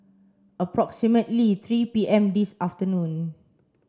approximately three P M this afternoon